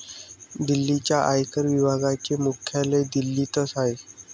दिल्लीच्या आयकर विभागाचे मुख्यालय दिल्लीतच आहे